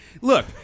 look